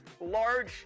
large